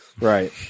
Right